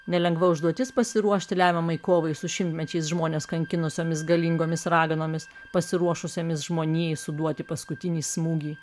nelengva užduotis pasiruošti lemiamai kovai su šimtmečiais žmones kankinusiomis galingomis raganomis pasiruošusiomis žmonijai suduoti paskutinį smūgį